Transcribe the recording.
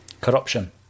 corruption